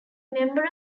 member